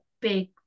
big